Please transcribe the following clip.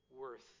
worth